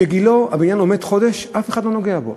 בגילה הבניין עומד חודש, אף אחד לא נוגע בו.